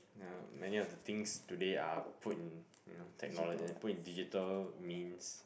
uh many of the things today are put in you know technolo~ put in digital means